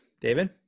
David